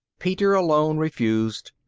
peter alone refused.